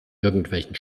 irgendwelchen